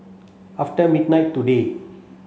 after midnight today